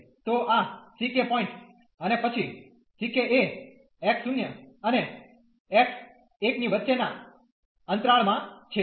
તો આ ck point અને પછી ck એ x0 અને x1 ની વચ્ચે ના અંતરાળ માં છે